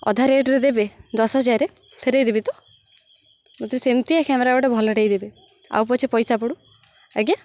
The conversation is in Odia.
ଅଧା ରେଟରେ ଦେବେ ଦଶ ହଜାରରେ ଫେରାଇ ଦେବି ତ ମୋତେ ସେମିତିଆ କ୍ୟାମେରା ଗୋଟେ ଭଲଟାଏ ଦେବେ ଆଉ ପଛେ ପଇସା ପଡ଼ୁ ଆଜ୍ଞା